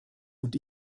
und